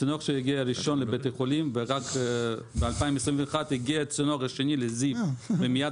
הצינור שהגיע ראשון לבית החולים ורק ב-2021 הגיע צינור שני לזיו ומייד